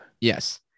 Yes